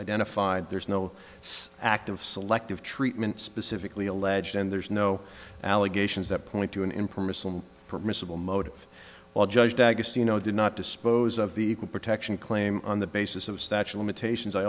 identified there's no active selective treatment specifically alleged and there's no allegations that point to an impermissible permissible motive while judged agassi you know did not dispose of the equal protection claim on the basis of statue limitations i